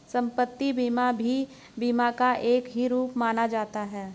सम्पत्ति बीमा भी बीमा का एक रूप ही माना जाता है